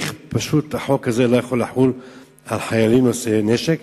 החוק הזה פשוט לא יכול לחול על חיילים נושאי נשק,